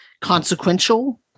Consequential